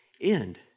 end